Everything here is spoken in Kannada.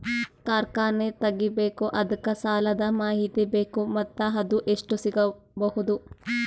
ಕಾರ್ಖಾನೆ ತಗಿಬೇಕು ಅದಕ್ಕ ಸಾಲಾದ ಮಾಹಿತಿ ಬೇಕು ಮತ್ತ ಅದು ಎಷ್ಟು ಸಿಗಬಹುದು?